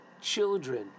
children